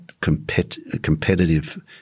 competitive